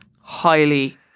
highly